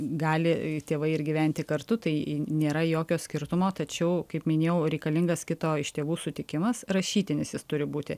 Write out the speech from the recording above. gali tėvai ir gyventi kartu tai nėra jokio skirtumo tačiau kaip minėjau reikalingas kito iš tėvų sutikimas rašytinis jis turi būti